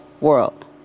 world